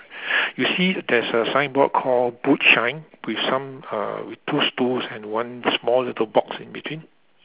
you see there's a signboard call boot shine with some uh with two stools and one small little box in between